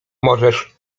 możesz